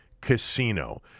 casino